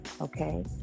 okay